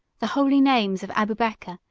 the holy names of abubeker,